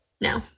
No